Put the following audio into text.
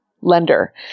lender